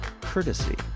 courtesy